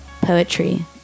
Poetry